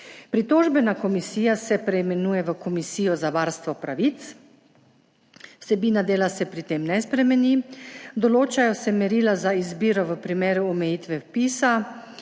Pritožbena komisija se preimenuje v komisijo za varstvo pravic, vsebina dela se pri tem ne spremeni. Določajo se merila za izbiro v primeru omejitve vpisa,